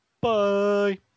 bye